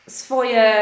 swoje